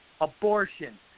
Abortion